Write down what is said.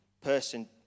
person